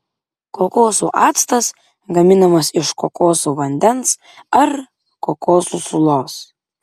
kokosų actas gaminamas iš kokosų vandens ar kokosų sulos